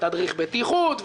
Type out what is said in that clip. תדריך בטיחות,